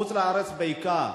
בחוץ-לארץ בעיקר,